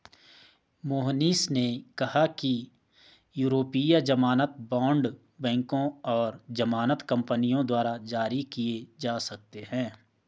मोहनीश ने कहा कि यूरोपीय ज़मानत बॉण्ड बैंकों और ज़मानत कंपनियों द्वारा जारी किए जा सकते हैं